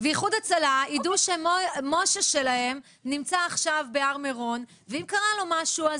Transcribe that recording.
ואיחוד הצלה ידעו שמשה שלהם נמצא עכשיו בהר מירון ואם קרה לו משהו,